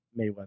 Mayweather